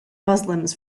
muslims